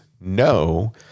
No